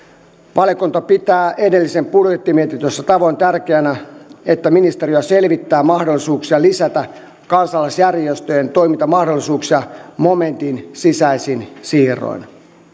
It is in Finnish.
valiokunta pitää edellisen budjettimietintönsä tavoin tärkeänä että ministeriö selvittää mahdollisuuksia lisätä kansalaisjärjestöjen toimintamahdollisuuksia momentin sisäisin siirroin